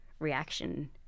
Reaction